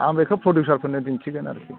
आं बिखौ प्रदिउचारफोरनो दिन्थिगोन आरोखि